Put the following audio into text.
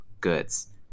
goods